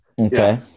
Okay